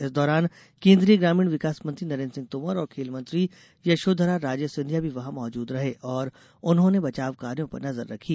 इस दौरान केन्द्रीय ग्रामीण विकास मंत्री नरेन्द्र सिंह तोमर और खेल मंत्री यशोधरा राजे सिंधिया भी वहां मौजूद रहे और उन्होंने बचाव कार्यो पर नजर रखी